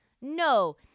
no